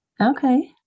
Okay